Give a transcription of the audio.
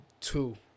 two